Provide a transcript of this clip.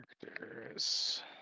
characters